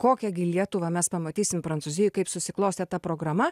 kokią gi lietuvą mes pamatysim prancūzijoj kaip susiklostė ta programa